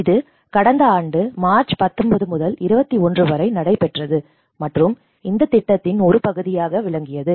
இது கடந்த ஆண்டு மார்ச் 19 முதல் 21 வரை நடைபெற்றது மற்றும் இந்த திட்டத்தின் ஒரு பகுதியாக விளங்கியது